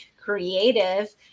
creative